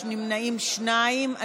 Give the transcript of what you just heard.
43, נמנעים שניים.